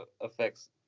affects